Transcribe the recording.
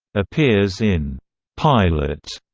appears in pilot,